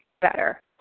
better